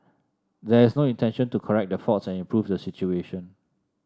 there is no intention to correct the faults and improve the situation